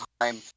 time